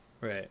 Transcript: Right